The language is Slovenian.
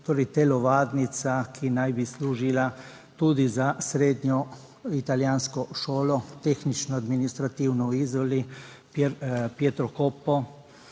torej telovadnica, ki naj bi služila tudi za srednjo italijansko šolo, tehnično-administrativno v Izoli Pietro Kopo.